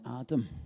Adam